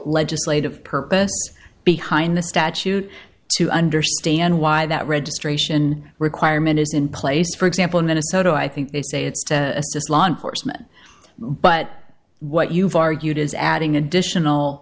legislative purpose behind the statute to understand why that registration requirement is in place for example in minnesota i think they say it's to assist law enforcement but what you've argued is adding additional